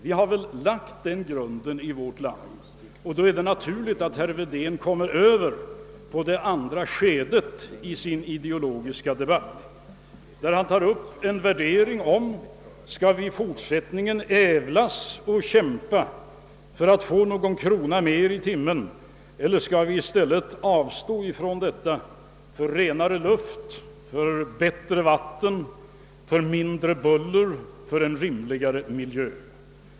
Vi har lagt den grunden i vårt land, och det är naturligt att herr Wedén kommer över på det andra skedet i sin ideologiska debatt där han frågar om vi i fortsättningen skall ävlas och kämpa för att få någon krona mer i timmen eller om vi i stället skall avstå från detta för renare luft, för bättre vatten, för mindre buller, för en rimligare miljö.